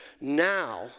now